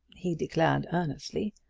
he declared earnestly,